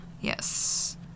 Yes